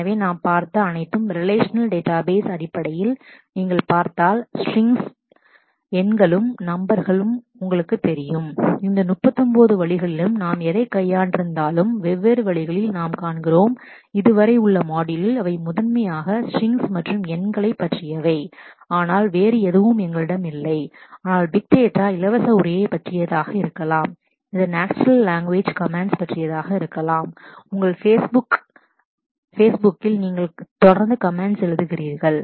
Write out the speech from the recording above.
எனவே நாம் பார்த்த அனைத்தும் ரிலேஷனல் டேட்டாபேஸ் relational database அடிப்படையில் நீங்கள் பார்த்தால் ஸ்ட்ரிங்ஸ் strings எண்களும் numbers உங்களுக்குத் தெரியும் இந்த 39 வழிகளிலும் நாம் எதைக் கையாண்டிருந்தாலும் வெவ்வேறு வழிகளில் நாம் காண்கிறோம் இதுவரை உள்ள மாட்யூல் அவை முதன்மையாக ஸ்ட்ரிங்ஸ் strings மற்றும் எண்களைப் numbers பற்றியவை ஆனால் வேறு எதுவும் எங்களிடம் இல்லை ஆனால் பிக் டேட்டா big data இலவச உரையைப் பற்றியதாக இருக்கலாம் இது natural language comments natural language comments பற்றியதாக இருக்கலாம் உங்கள் பேஸ்புக்கில் facebook நீங்கள் தொடர்ந்து கமெண்ட்ஸ் எழுதுகிறீர்கள்